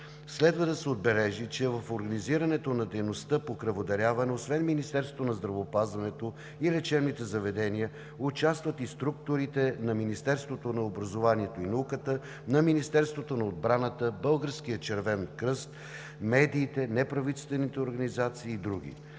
Следва да се отбележи, че в организирането на дейността по кръводаряване освен Министерството на здравеопазването и лечебните заведения, участват и структурите на Министерството на образованието и науката, на Министерството на отбраната, Българският Червен кръст, медиите, неправителствените организации и други.